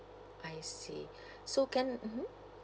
I see so can mmhmm